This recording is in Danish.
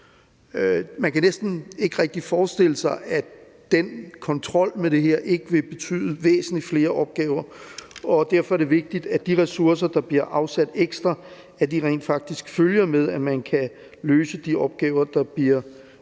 Man kan næsten ikke rigtig forestille sig, at den kontrol med det her ikke vil betyde væsentlig flere opgaver, og derfor er det vigtigt, at de ressourcer, der bliver afsat ekstra, rent faktisk følger med, så man kan løse de opgaver, der bliver